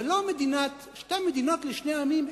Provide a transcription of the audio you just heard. שתי מדינות לשני עמים,